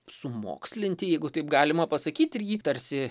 sumokslinti jeigu taip galima pasakyt ir jį tarsi